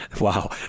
Wow